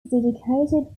dedicated